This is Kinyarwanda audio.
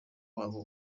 wabo